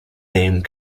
name